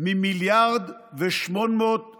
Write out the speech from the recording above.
מ-1.8 מיליארד שקל.